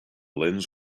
lens